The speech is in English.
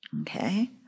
Okay